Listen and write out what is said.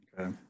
Okay